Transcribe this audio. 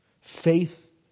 Faith